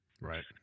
Right